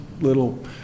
little